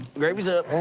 gravy's up.